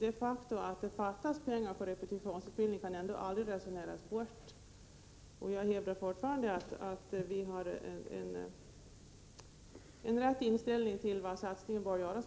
Det faktum att det fattas pengar till repetitionsutbildning kan aldrig resoneras bort. Jag hävdar fortfarande att vi i centern har en riktig inställning när det gäller var satsningarna bör göras.